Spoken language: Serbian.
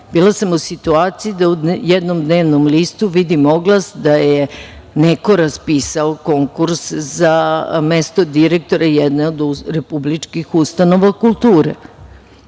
sam u situaciji da u jednom dnevnom listu vidim oglas, da je neko raspisao konkurs za mesto direktora jedne od republičkih ustanova kulture. Kada